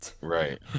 Right